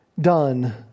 done